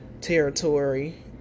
territory